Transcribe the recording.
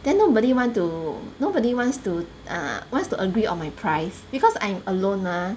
then nobody want to nobody wants to err wants to agree on my price because I'm alone mah